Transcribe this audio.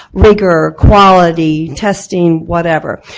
vigor, quality, testing, whatever.